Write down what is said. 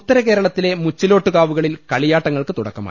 ഉത്തരകേരളത്തിലെ മുച്ചിലോട്ട് കാവുകളിൽ കളിയാട്ടങ്ങൾക്ക് തുടക്കമായി